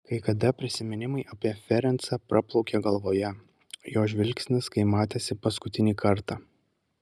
kai kada prisiminimai apie ferencą praplaukia galvoje jo žvilgsnis kai matėsi paskutinį kartą